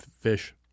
fish